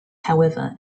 however